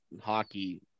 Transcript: hockey